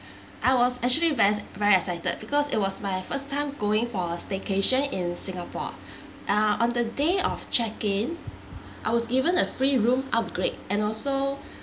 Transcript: I was actually ver~ very excited because it was my first time going for a staycation in singapore uh on the day of check in I was given a free room upgrade and also